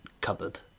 cupboard